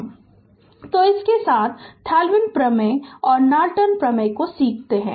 Refer Slide Time 0551 तो इसके साथ थेवेनिन प्रमेय और नॉर्टन प्रमेय सीखते हैं